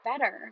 better